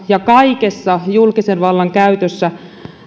ja kaikessa julkisen vallan käytössä